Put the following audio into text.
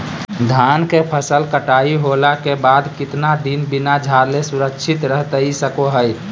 धान के फसल कटाई होला के बाद कितना दिन बिना झाड़ले सुरक्षित रहतई सको हय?